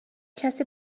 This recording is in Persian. کسی